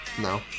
No